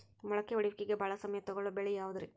ಮೊಳಕೆ ಒಡೆಯುವಿಕೆಗೆ ಭಾಳ ಸಮಯ ತೊಗೊಳ್ಳೋ ಬೆಳೆ ಯಾವುದ್ರೇ?